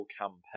campaign